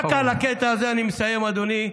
רק על הקטע הזה, אני מסיים, אדוני,